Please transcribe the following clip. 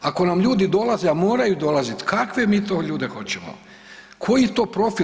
Ako nam ljudi dolaze, a moraju dolaziti, kakve mi to ljude hoćemo, koji to profil?